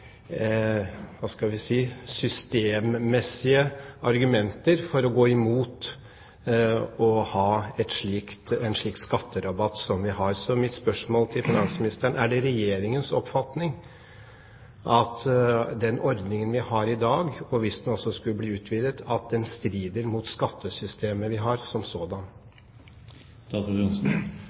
hva skal vi si – systemmessige argumenter for å gå imot å ha en slik skatterabatt som vi har. Så mitt spørsmål til finansministeren er: Er det Regjeringens oppfatning at den ordningen vi har i dag – også hvis den også skulle bli utvidet – strider mot skattesystemet vi har, som